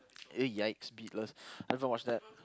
!ugh! !yikes! beatless I haven't watched that